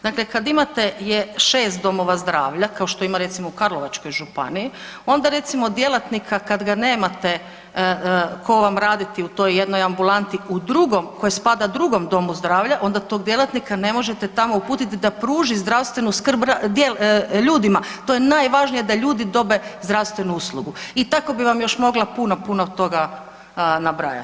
Dakle, kad imate 6 domova zdravlja kao što ima recimo u Karlovačkoj županiji, onda recimo djelatnika kad ga nemate ko vam raditi u toj jednoj ambulanti, u drugom koji spada drugom domu zdravlja, onda tog djelatnika ne možete tamo uputiti da pruža zdravstvenu skrb ljudima, to je najvažnije da ljudi dobe zdravstvenu uslugu i tako bi vam još mogla puno, puno toga nabrajati.